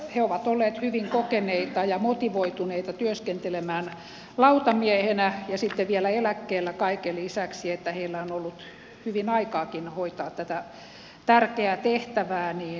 he ovat olleet hyvin kokeneita ja motivoituneita työskentelemään lautamiehenä ja he ovat olleet sitten vielä eläkkeellä kaiken lisäksi niin että heillä on ollut hyvin aikaakin hoitaa tätä tärkeää tehtävää